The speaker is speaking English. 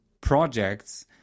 projects